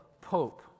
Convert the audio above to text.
Pope